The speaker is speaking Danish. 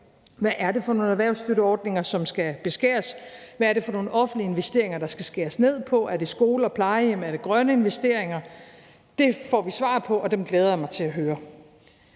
Hvad er det for nogle erhvervsstøtteordninger, som skal beskæres? Hvad er det for nogle offentlige investeringer, der skal skæres ned på? Er det skoler og plejehjem? Er det grønne investeringer? Det får vi svar på, og dem glæder jeg mig til at høre.